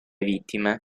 vittime